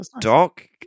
doc